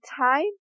time